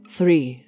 Three